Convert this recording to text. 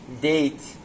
date